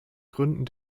gründen